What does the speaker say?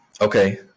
Okay